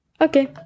Okay